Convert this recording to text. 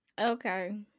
Okay